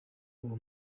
uwo